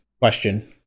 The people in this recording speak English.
question